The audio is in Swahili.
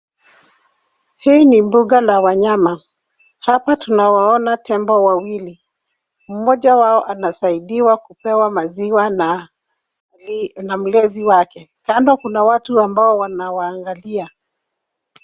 Hii ni mbuga la wanyama, hapa tunawaona tembo wawili. Mmoja wao anasaidiwa kupewa maziwa na mlezi wake .Kando Kuna watu ambao wanawaangalia.